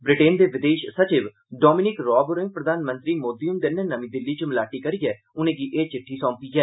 Britain दे विदेश सचिव डामिनिक राब होरें प्रधानमंत्री मोदी हंदे'नै नर्मी दिल्ली च मलाटी करियै उनें'गी एह चिड्डी सौंपी ऐ